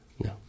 No